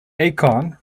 acorn